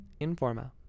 Informa